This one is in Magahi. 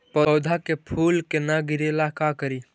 पौधा के फुल के न गिरे ला का करि?